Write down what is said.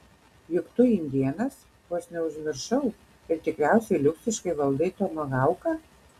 juk tu indėnas vos neužmiršau ir tikriausiai liuksiškai valdai tomahauką